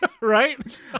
Right